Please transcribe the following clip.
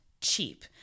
cheap